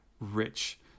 rich